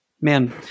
Man